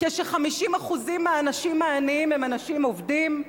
כש-50% מהאנשים העניים הם אנשים עובדים?